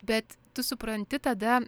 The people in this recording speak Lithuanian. bet tu supranti tada